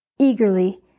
Eagerly